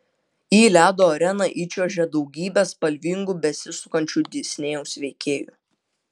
į ledo areną įčiuožė daugybė spalvingų besisukančių disnėjaus veikėjų